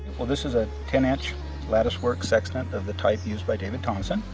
this is a ten inch lattice work sextant of the type used by david thompson,